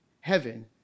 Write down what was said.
heaven